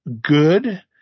good